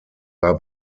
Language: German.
war